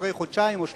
אחרי חודשיים או שלושה,